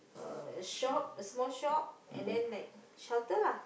uh shop a small shop and then like shelter lah